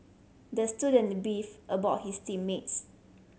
the student beefed about his team mates